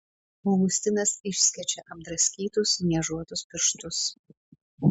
augustinas išskečia apdraskytus niežuotus pirštus